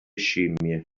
scimmie